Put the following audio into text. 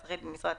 לא, לא.